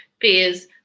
fears